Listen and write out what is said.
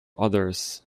others